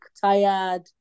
tired